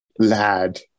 Lad